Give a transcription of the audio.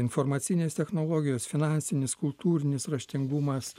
informacinės technologijos finansinis kultūrinis raštingumas